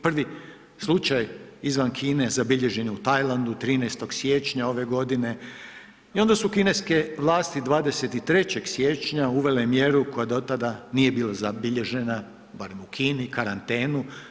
Prvi slučaj izvan Kine zabilježen je u Tajlandu 13. siječnja ove godine i onda su kineske vlasti 23. siječnja uvele mjeru koja do tada nije bila zabilježena, barem u Kini, karantenu.